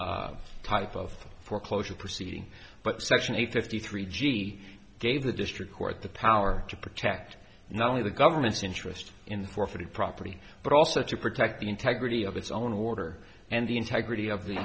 particular type of foreclosure proceeding but section eight fifty three g gave the district court the power to protect not only the government's interest in forfeiting property but also to protect the integrity of its own order and the integrity of the